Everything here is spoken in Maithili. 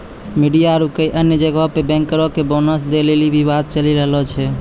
मिडिया आरु कई अन्य जगहो पे बैंकरो के बोनस दै लेली विवाद चलि रहलो छै